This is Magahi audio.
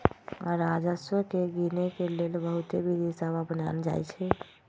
राजस्व के गिनेके लेल बहुते विधि सभ अपनाएल जाइ छइ